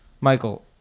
Michael